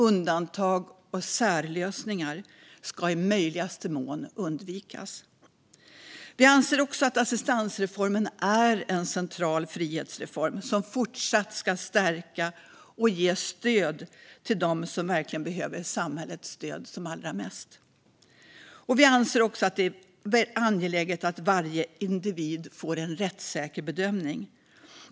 Undantag och särlösningar ska i möjligaste mån undvikas. Vi anser att assistansreformen är en central frihetsreform, som fortsatt ska stärka och ge stöd till dem som verkligen behöver samhällets stöd allra mest. Vi anser också att det är angeläget att varje individ får en rättssäker bedömning.